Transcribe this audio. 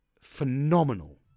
phenomenal